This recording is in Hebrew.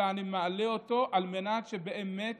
אלא אני מעלה אותו על מנת שבאמת